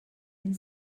and